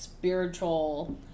Spiritual